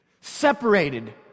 Separated